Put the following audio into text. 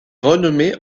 renommé